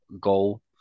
goal